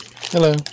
hello